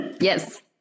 yes